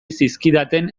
zizkidaten